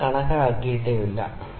α ഞങ്ങൾ കണക്കാക്കിയിട്ടില്ല ശരി